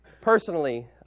personally